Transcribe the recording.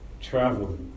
travel